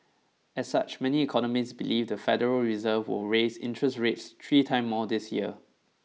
as such many economists believe the Federal Reserve will raise interest rates three time more this year